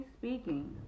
speaking